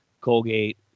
Colgate